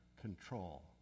control